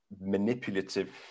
manipulative